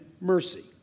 mercy